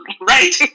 right